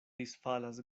disfalas